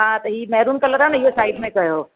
हा त ही मेहरून कलर आहे न इहो साईड में कयो